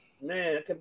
man